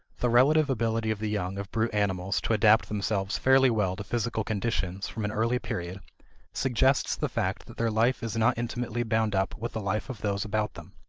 the relative ability of the young of brute animals to adapt themselves fairly well to physical conditions from an early period suggests the fact that their life is not intimately bound up with the life of those about them.